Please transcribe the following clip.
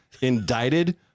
indicted